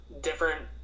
different